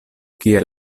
kiel